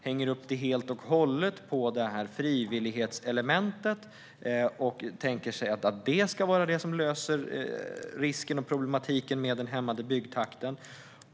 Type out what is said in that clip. Hänger man upp det helt och hållet på frivillighetselementet och tänker sig att det ska vara det som löser problematiken med och minskar risken för den hämmade byggtakten?